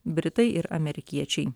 britai ir amerikiečiai